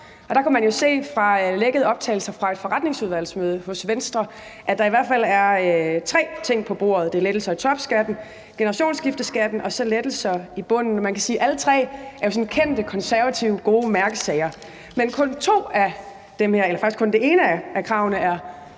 og der kan man jo se fra lækkede optagelser fra et forretningsudvalgsmøde hos Venstre, at der i hvert fald er tre ting på bordet: Det er lettelser i topskatten, generationsskifteskatten og så skattelettelser i bunden. Man kan sige, at alle tre er sådan kendte og gode konservative mærkesager, men faktisk er kun det ene af kravene